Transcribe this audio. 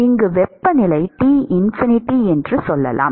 இங்கு வெப்பநிலை T∞ என்று சொல்லலாம்